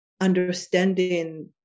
understanding